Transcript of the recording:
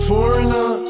Foreigner